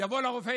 יבוא לרופא,